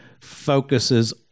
focuses